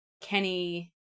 kenny